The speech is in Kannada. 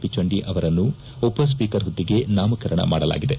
ಪಿಚಂಡಿ ಅವರನ್ನು ಉಪ ಸ್ವೀಕರ್ ಹುದ್ದೆಗೆ ನಾಮಕರಣ ಮಾಡಲಾಗಿದೆ